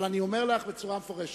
אבל אני אומר לך בצורה מפורשת,